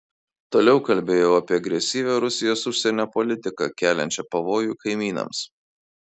toliau kalbėjau apie agresyvią rusijos užsienio politiką keliančią pavojų kaimynams